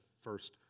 first